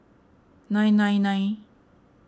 nine nine nine